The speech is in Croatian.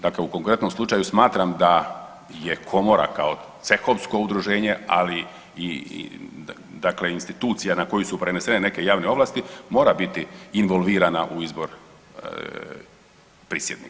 Dakle, u konkretnom slučaju smatram da je komora kao cehovsko udruženje, ali i dakle institucija na koju su prenesene neke javne ovlasti mora biti involvirana u izbor prisjednika.